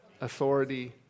Authority